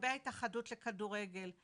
לגבי ההתאחדות לכדורגל,